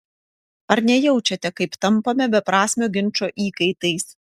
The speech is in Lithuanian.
ar nejaučiate kaip tampame beprasmio ginčo įkaitais